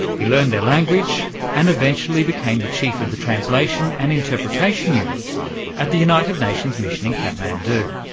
he learned their language and eventually became the chief of the translation and interpretation unit at the united nations mission in kathmandu.